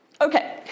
Okay